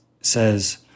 says